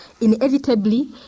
Inevitably